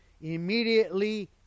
immediately